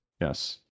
Yes